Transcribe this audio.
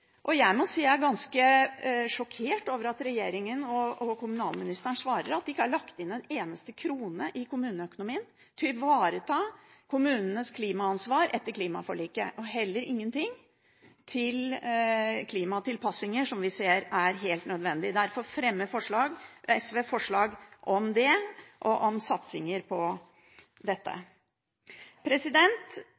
ganske sjokkert over at regjeringen og kommunalministeren svarer at det ikke er lagt inn en eneste krone i kommuneøkonomien til å ivareta kommunenes klimaansvar etter klimaforliket – heller ingenting til klimatilpassinger, som vi ser er helt nødvendige. Derfor fremmer SV forslag om satsinger på dette. SV er tilhenger av at kommuner som vil slå seg sammen, skal gjøre det.